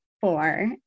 four